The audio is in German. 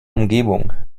umgebung